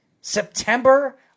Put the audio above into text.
September